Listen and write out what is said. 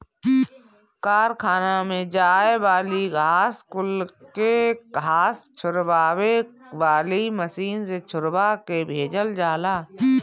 कारखाना में जाए वाली घास कुल के घास झुरवावे वाली मशीन से झुरवा के भेजल जाला